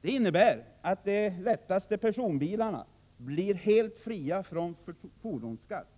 Det innebär att de lättaste personbilarna blir helt fria från fordonsskatt.